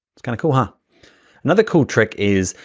it's kinda cool? ah another cool trick is,